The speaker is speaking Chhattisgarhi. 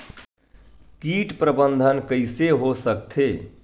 कीट प्रबंधन कइसे हो सकथे?